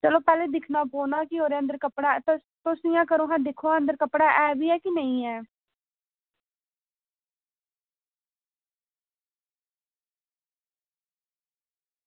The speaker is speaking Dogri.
चलो पैह्लें दिक्खना पौना की ओह्दे अंदर कपड़ा तुस दिक्खो आं इंया करो आं की ओह्दे अंदर कपड़ा ऐ बी ऐ जां नेईं ऐ